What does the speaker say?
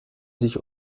sich